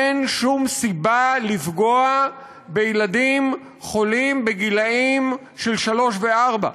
אין שום סיבה לפגוע בילדים חולים בגילים של שלוש וארבע,